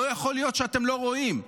לא יכול להיות שאתם לא רואים.